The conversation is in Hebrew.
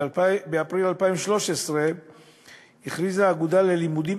באפריל 2013 הכריזה האגודה ללימודים